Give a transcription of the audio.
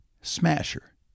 Smasher